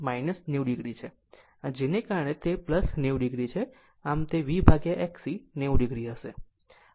અહીં j ને કારણે તે 90 o છે આમ તે VXC 90 o હશે